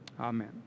Amen